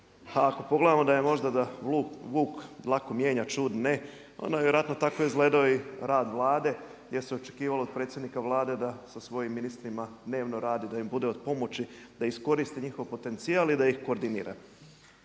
A ako pogledamo da možda vuk dlaku mijenja a ćud ne onda je vjerojatno tako izgledao i rad Vlade gdje se očekivalo od predsjednika Vlade da sa svojim ministrima dnevno radi, da im bude od pomoći, da iskoristi njihov potencijal i da ih koordinira.